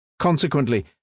Consequently